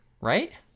right